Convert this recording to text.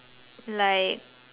like